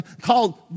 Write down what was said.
called